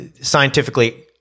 scientifically